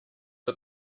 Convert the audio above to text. but